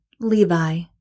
Levi